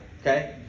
Okay